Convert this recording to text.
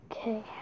Okay